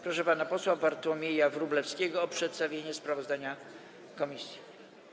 Proszę pana posła Bartłomieja Wróblewskiego o przedstawienie sprawozdania komisji.